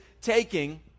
taking